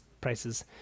prices